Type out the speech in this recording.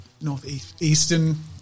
northeastern